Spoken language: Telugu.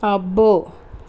అబ్బో